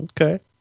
okay